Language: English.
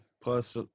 Plus